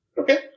Okay